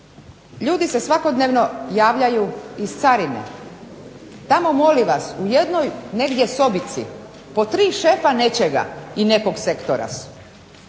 Ljudi se svakodnevno javljaju iz carine. Tamo molim vas u jednoj negdje sobici po tri šefa nečega i nekog sektora su,